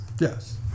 Yes